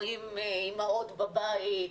או עם אימהות בבית,